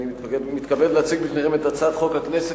אני מתכבד להציג בפניכם את הצעת חוק הכנסת